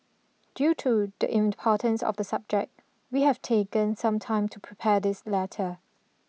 due to the importance of the subject we have taken some time to prepare this letter